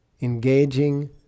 engaging